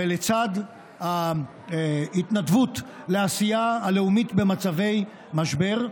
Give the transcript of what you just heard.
ולצד ההתנדבות לעשייה הלאומית במצבי משבר,